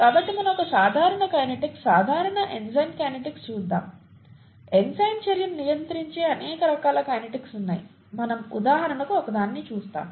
కాబట్టి మనం ఒక సాధారణ కైనెటిక్స్ సాధారణ ఎంజైమ్ కైనెటిక్స్ చూద్దాం ఎంజైమ్ చర్యను నియంత్రించే అనేక రకాల కైనెటిక్స్ ఉన్నాయి మనము ఉదాహరణకు ఒకదానిని చూస్తాము